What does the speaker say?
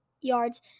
yards